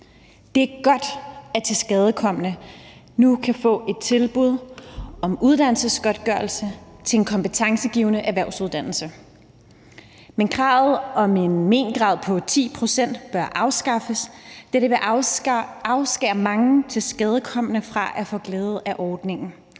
Det er godt, at tilskadekomne nu kan få et tilbud om uddannelsesgodtgørelse til en kompetencegivende erhvervsuddannelse, men kravet om en mengrad på 10 pct. bør afskaffes, da det vil afskære mange tilskadekomne fra at få glæde af ordningen.